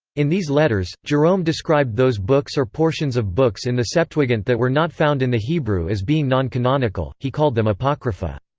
in these letters, jerome described those books or portions of books in the septuagint that were not found in the hebrew as being non-canonical he called them apocrypha.